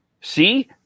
See